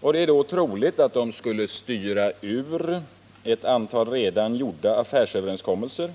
Det är då troligt att de skulle styra ur ett antal redan gjorda affärsöverenskommelser